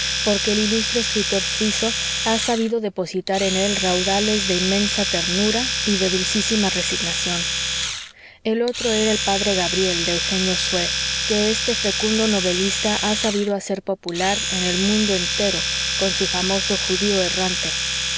porque el ilustre escritor suizo ha sabido depositar en él raudales de inmensa ternura y de dulcísima resignación el otro era el p gabriel de eugenio sue que este fecundo novelista ha sabido hacer popular en el mundo entero con su famoso judío errante